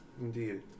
Indeed